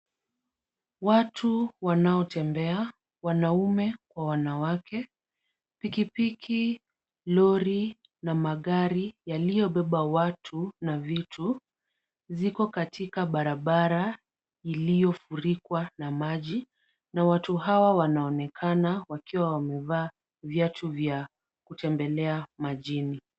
Watu wanaotembea, wanaume kwa wanawake. Piki piki, lori na magari yaliyobeba watu na vitu, ziko katika barabara iliyofurikwa na maji na watu hawa wanaonekana wakiwa wamevaa viatu vya kutembelea majini.